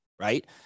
right